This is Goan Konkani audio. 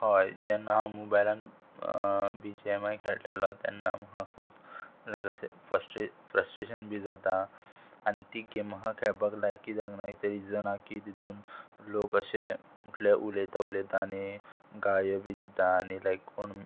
हय जेन्ना हांव मोबायलान बी जे एम आय खेळटालो तेन्ना म्हाका खूब लायक असेस्ट्रे फ्रस्ट्रेशन बी जाता आनी ती गेम म्हाका खेळपाक लायक कित्याक ना तें रिजन आहा की तितून लोक अशे म्हटले उलयता उलयता आनी गाळयो बी दिता आनी लायक कोण